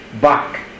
back